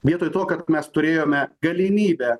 vietoj to kad mes turėjome galimybę